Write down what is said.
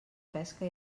pesca